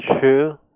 true